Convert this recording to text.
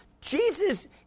Jesus